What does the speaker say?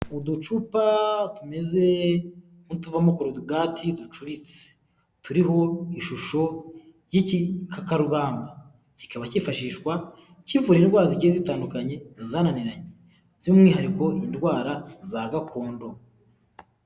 Uducupa tumeze nk'utuvamo korogati ducuritse, turiho ishusho y'igikakarubamba kikaba cyifashishwa kivura indwara igi zitandukanye zananiranye by'umwihariko indwara za gakondo.